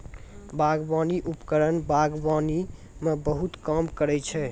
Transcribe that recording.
बागबानी उपकरण बागबानी म बहुत काम करै छै?